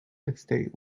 estate